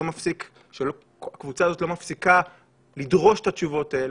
הם קבוצה שלא מפסיקה לדרוש את התשובות האלה.